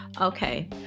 Okay